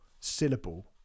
syllable